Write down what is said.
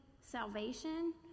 salvation